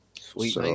Sweet